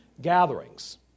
gatherings